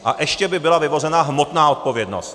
A ještě by byla vyvozena hmotná odpovědnost.